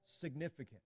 significant